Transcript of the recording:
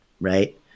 Right